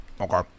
Okay